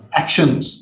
actions